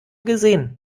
gesehen